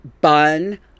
bun